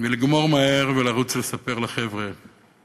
ולגמור מהר ולרוץ לספר לחבר'ה